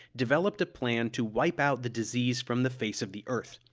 developed a plan to wipe out the disease from the face of the earth.